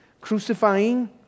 crucifying